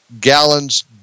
gallons